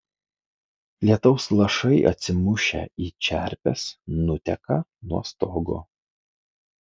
lietaus lašai atsimušę į čerpes nuteka nuo stogo